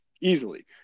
Easily